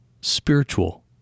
spiritual